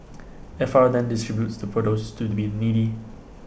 F R then distributes the produce to the been needy